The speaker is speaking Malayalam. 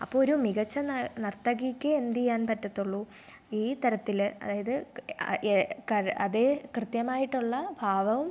അപ്പോൾ ഒരു മികച്ച ന നർത്തകിക്ക് എന്തു ചെയ്യാൻ പറ്റത്തുള്ളൂ ഈ തരത്തിൽ അതായത് ക അതേ കൃത്യമായിട്ടുള്ള ഭാവവും